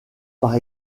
par